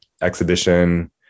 exhibition